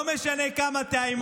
לא משנה כמה תאיימו,